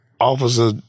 Officer